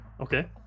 Okay